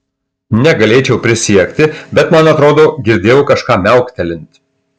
negalėčiau prisiekti bet man atrodo girdėjau kažką miauktelint